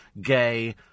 gay